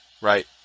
Right